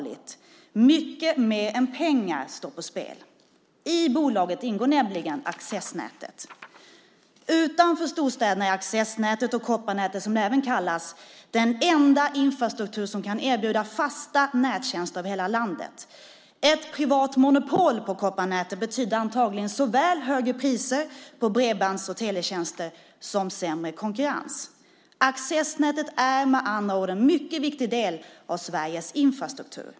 Mycket mer än pengar står på spel. I bolaget ingår nämligen accessnätet. Utanför storstäderna är accessnätet och kopparnätet, som det även kallas, den enda infrastruktur som kan erbjuda fasta nättjänster över hela landet. Ett privat monopol på kopparnätet betyder antagligen såväl högre priser på bredbands och teletjänster som sämre konkurrens. Accessnätet är med andra ord en mycket viktig del av Sveriges infrastruktur.